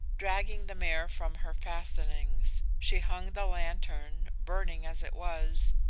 dragging the mare from her fastenings, she hung the lantern, burning as it was,